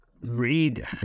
Read